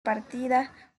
partida